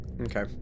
Okay